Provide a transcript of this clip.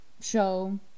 show